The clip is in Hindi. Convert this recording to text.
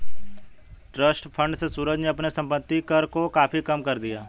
ट्रस्ट फण्ड से सूरज ने अपने संपत्ति कर को काफी कम कर दिया